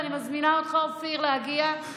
אני מזמינה אותך להגיע, אופיר.